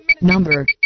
Number